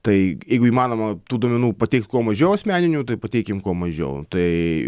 tai jeigu įmanoma tų duomenų pateikt kuo mažiau asmeninių tai pateikim kuo mažiau tai